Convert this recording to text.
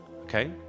okay